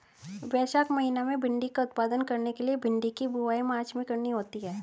वैशाख महीना में भिण्डी का उत्पादन करने के लिए भिंडी की बुवाई मार्च में करनी होती है